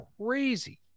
crazy